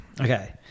Okay